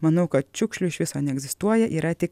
manau kad šiukšlių iš viso neegzistuoja yra tik